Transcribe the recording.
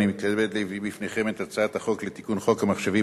אני מתכבד להביא בפניכם את הצעת החוק לתיקון חוק המחשבים,